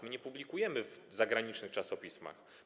My nie publikujemy w zagranicznych czasopismach.